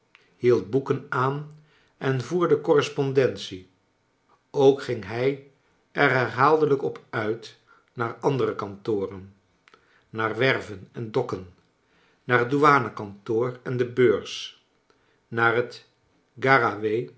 hield boeken aan en voerde correspondentie ook ging hij er herhaaldelijk op uit naar andere kantoren naar werven en dokken naar het douanekantoor en de beurs naar het